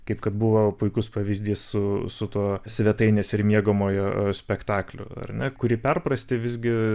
kaip kad buvo puikus pavyzdys su su tuo svetainės ir miegamojo spektakliu ar ne kurį perprasti visgi